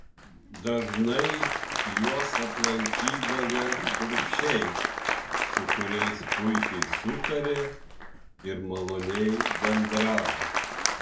dažnai juos aplankydavę urbšiai su kuriais puikiai sutarė ir maloniai bendravo